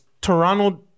toronto